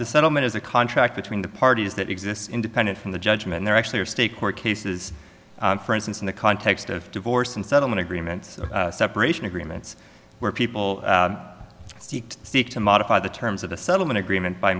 the settlement as a contract between the parties that exists independent from the judgment there actually are state court cases for instance in the context of divorce and settlement agreements separation agreements where people seek to seek to modify the terms of the settlement agreement by